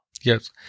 Yes